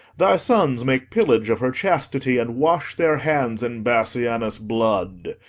thy sons make pillage of her chastity, and wash their hands in bassianus' blood.